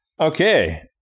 Okay